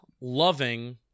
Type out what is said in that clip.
loving